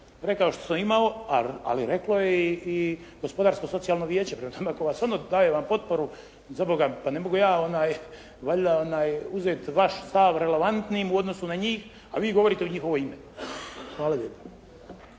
rekao što sam imao, ali reklo je i gospodarsko socijalno vijeće, prema tome ako vam ono daje potporu, za Boga pa ne mogu ja valjda uzeti vaš stav relevantnim u odnosu na njih, a vi govorite u njihovo ime. Hvala lijepo.